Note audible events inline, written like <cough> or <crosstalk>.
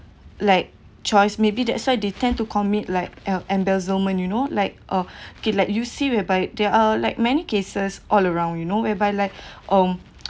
like choice maybe that's why they tend to commit like em~ embezzlement you know like uh okay like you see whereby there are like many cases all around you know whereby like <breath> um